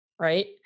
right